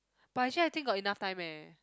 but actually I think got enough time eh